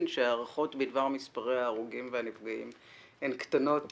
שההערכות בדבר מספרי ההרוגים והנפגעים הן קטנות